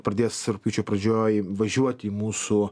pradės rugpjūčio pradžioj važiuoti į mūsų